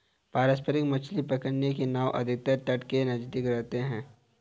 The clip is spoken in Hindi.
पारंपरिक मछली पकड़ने की नाव अधिकतर तट के नजदीक रहते हैं